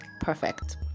perfect